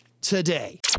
today